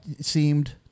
seemed